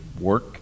work